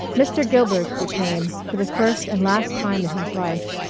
mr. gilbert became, for the first and last time in his life,